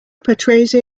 patrese